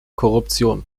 korruption